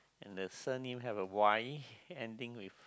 and the surname has a Y ending with